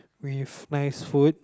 with nice food